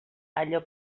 allò